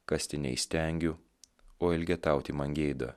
kasti neįstengiu o elgetauti man gėda